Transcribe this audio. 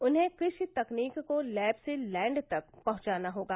उन्हें कृषि तकनीक को लैब से लैंड तक पहुंचाना होगा